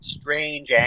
strange